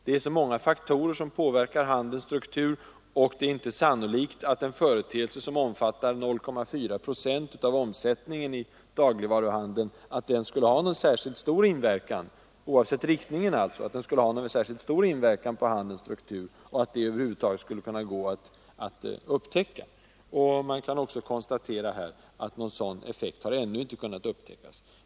Det är så många faktorer som påverkar handelns struktur, och det är inte sannolikt att en företeelse som omfattar 0,4 procent av omsättningen i dagligvaruhandeln skulle, oavsett riktningen, ha en så stor inverkan på handelns struktur att det över huvud taget går att upptäcka den. Man kan också konstatera att någon sådan effekt ännu inte har kunnat noteras.